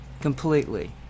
completely